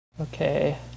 Okay